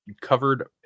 covered